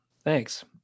thanks